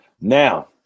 Now